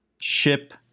ship